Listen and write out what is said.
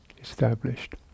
established